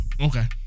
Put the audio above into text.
Okay